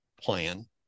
plan